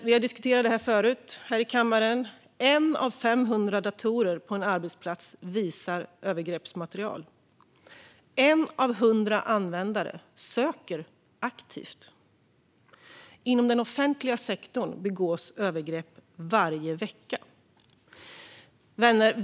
Vi har diskuterat detta förut i kammaren. En av 500 datorer på en arbetsplats visar övergreppsmaterial. En av 100 användare söker aktivt. Inom den offentliga sektorn begås övergrepp varje vecka. Vänner!